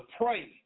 pray